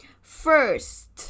First